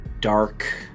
dark